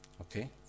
Okay